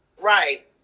Right